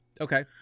Okay